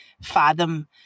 fathom